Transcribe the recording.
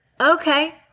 okay